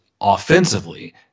offensively